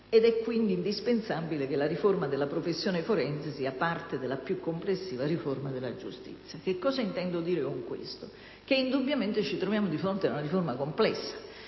ed è quindi indispensabile che la riforma della professione forense sia parte della più complessiva riforma della giustizia. Con questo intendo dire che indubbiamente ci troviamo di fronte ad una riforma complessa,